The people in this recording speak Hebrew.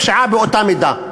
פשיעה באותה מידה,